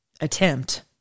attempt